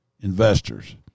investors